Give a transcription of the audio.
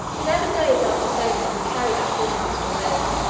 eleven days after sailing we carried our foremast away.